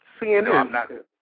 CNN